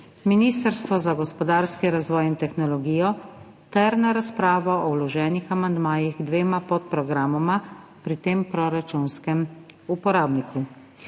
Ministrstvo za gospodarski razvoj in tehnologijo ter na razpravo o vloženih amandmajih k dvema podprogramoma pri tem proračunskem uporabniku.